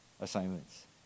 assignments